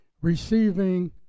receiving